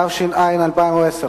התש"ע 2010,